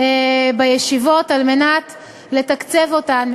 בישיבות על מנת לתקצב אותן.